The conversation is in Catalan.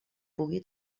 pugui